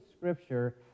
Scripture